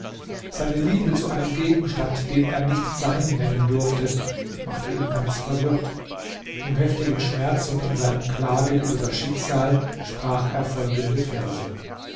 seine liebe zu einem gegenstand den er nicht sein nennen durfte machte ihn ganz verwirrt im heftigen schmerz und in seinen klagen über das schicksal sprach er folgende verse